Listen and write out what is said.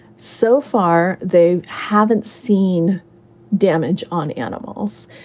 so far, they haven't seen damage on animals.